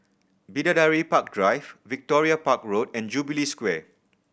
Bidadari Park Drive Victoria Park Road and Jubilee Square